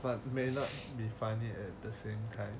but may not be funny at the same time